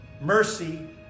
mercy